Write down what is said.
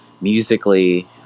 Musically